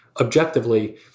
objectively